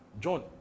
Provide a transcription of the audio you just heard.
John